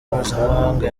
mpuzamahanga